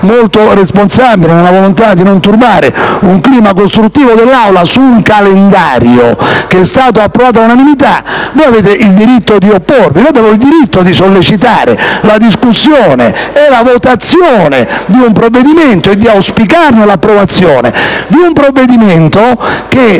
molto responsabile nella volontà di non turbare il clima costruttivo dell'Aula su un calendario che è stato approvato all'unanimità. Voi avete il diritto di opporvi, noi abbiamo il diritto di sollecitare la discussione e la votazione e di auspicare l'approvazione di un provvedimento che,